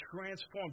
transform